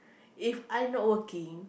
If I not working